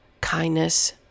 kindness